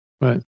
Right